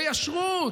בישרות,